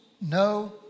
no